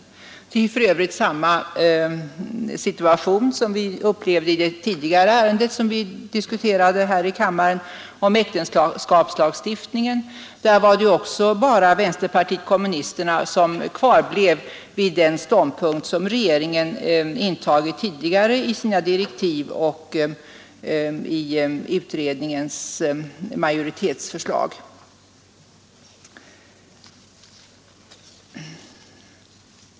Det är för övrigt samma situation som vi upplevde i det ärende vi nyss diskuterade här i kammaren om äktenskapslagstiftningen. Där var det ju också bara vänsterpartiet kommunisterna som kvarblev vid den ståndpunkt som regeringen intagit i sina utredningsdirektiv och som kom till uttryck i utredningens majoritetsförslag.